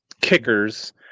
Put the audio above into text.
kickers